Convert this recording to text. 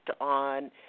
on